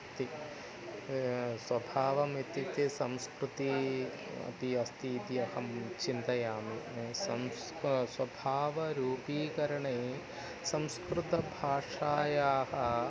इति स्वभावम् इत्युक्ते संस्कृतिः अपि अस्ति इति अहं चिन्तयामि संस् स्वभावरूपीकरणे संस्कृतभाषायाः